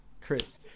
Chris